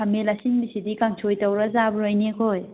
ꯈꯥꯃꯦꯟ ꯑꯁꯤꯟꯕꯤꯁꯤꯗꯤ ꯀꯥꯡꯁꯣꯏ ꯇꯧꯔꯒ ꯆꯥꯕ꯭ꯔꯣ ꯏꯅꯦꯈꯣꯏ